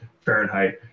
Fahrenheit